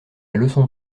leçon